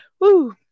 Woo